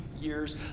years